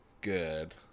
good